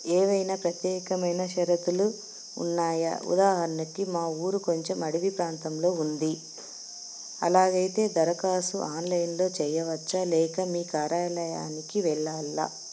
ఏమైనా ప్రత్యేకమైన షరతులు ఉన్నాయా ఉదాహరణకి మా ఊరు కొంచెం అడవి ప్రాంతంలో ఉంది అలాగ అయితే దరఖాస్తు ఆన్లైన్లో చేయవచ్చా లేక మీ కార్యాలయానికి వెళ్ళలా